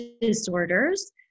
disorders